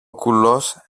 κουλός